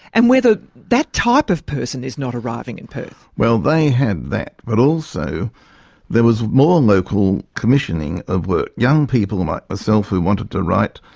and whether that type of person is not arriving in perth. well, they had that, but also there was more local commissioning of work. young people and like myself who wanted to write,